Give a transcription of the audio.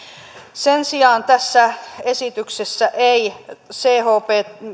sen sijaan tässä esityksessä ei chp